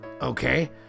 Okay